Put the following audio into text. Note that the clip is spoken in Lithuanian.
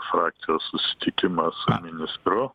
frakcijos susitikimą su ministru